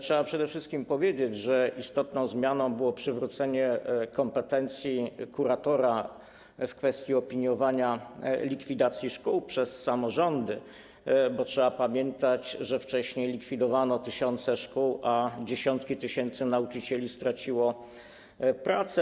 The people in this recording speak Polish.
Trzeba przede wszystkim powiedzieć, że istotną zmianą było przywrócenie kompetencji kuratora w kwestii opiniowania likwidacji szkół przez samorządy, bo trzeba pamiętać, że wcześniej likwidowano tysiące szkół, a dziesiątki tysięcy nauczycieli straciło pracę.